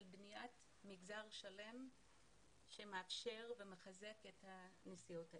של בניית מגזר שלם שמאפשר ומחזק את הנסיעות האלה.